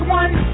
one